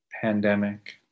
pandemic